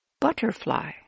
butterfly